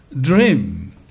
dream